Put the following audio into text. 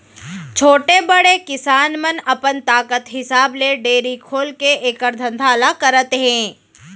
छोटे, बड़े किसान मन अपन ताकत हिसाब ले डेयरी खोलके एकर धंधा ल करत हें